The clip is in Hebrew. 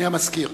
אדוני המזכיר.